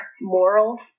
moral